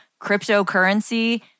cryptocurrency